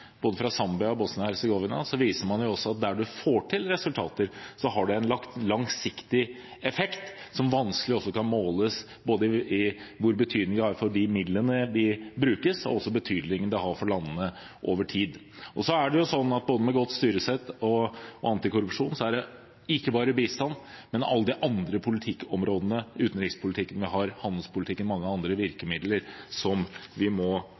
både fra Zambia og fra Bosnia-Hercegovina, viser man at der man får til resultater, har det en langsiktig effekt som vanskelig kan måles, verken hvilken betydning de midlene som brukes, har, eller betydningen det har for landene over tid. Med tanke på både godt styresett og antikorrupsjon er det ikke bare bistand, men også mange andre virkemidler på alle de andre politikkområdene – i utenrikspolitikken vi fører, i handelspolitikken – som vi må